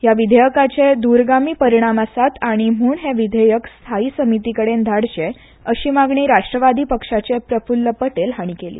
हया विधेयाकाचे दूरगामी परीणाम आसा आनी म्हण हे विधेयक स्थायी समितीकडेन धाडचेअशी मांगणी राष्ट्रवादी पक्षाचे प्रफ्ल्ल पटेल हांणी केली